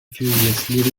furious